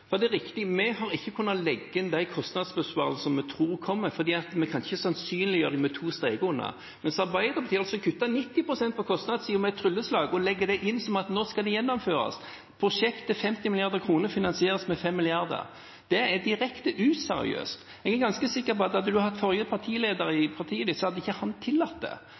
skillelinjene. Det er riktig at vi ikke har kunnet legge inn de kostnadsbesparelsene vi tror kommer, for vi kan ikke sannsynliggjøre det med to streker under – mens Arbeiderpartiet altså kutter 90 pst. på kostnadssiden med et trylleslag og legger det inn som at nå skal det gjennomføres. Et prosjekt til 50 mrd. kr finansieres med 5 mrd. kr. Det er direkte useriøst. Jeg er ganske sikker på at forrige partileder i representanten Sivertsens parti ikke hadde tillatt det.